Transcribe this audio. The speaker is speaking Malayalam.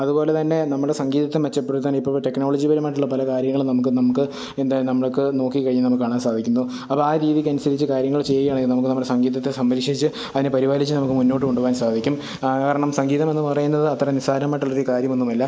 അതു പോലെ തന്നെ നമ്മൾ സംഗീതത്തെ മെച്ചപ്പെടുത്താൻ ഇപ്പോൾ ടെക്നോളോജി പരമായിട്ടുള്ള പല കാര്യങ്ങളും നമുക്ക് നമുക്ക് എന്താ നമ്മൾക്കു നോക്കി കഴിഞ്ഞാൽ നമുക്കു കാണാൻ സാധിക്കുന്നു അപ്പം ആ രീതിക്ക് അനുസരിച്ച് കാര്യങ്ങൾ ചെയ്യുകയാണെങ്കിൽ നമുക്ക് നമ്മുടെ സംഗീതത്തെ സംരക്ഷിച്ച് അതിനെ പരിപാലിച്ച് നമുക്ക് മുന്നോട്ടു കൊണ്ടു പോകാൻ സാധിക്കും കാരണം സംഗീതം എന്നു പറയുന്നത് അത്ര നിസ്സാരമായിട്ടുള്ളൊരു കാര്യമൊന്നുമല്ല